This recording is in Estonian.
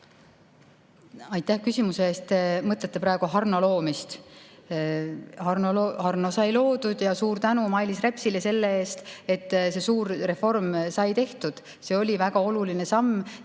Aitäh küsimuse eest! Te mõtlete Harno loomist? Harno sai loodud. Ja suur tänu Mailis Repsile selle eest, et see suur reform sai tehtud. See oli väga oluline samm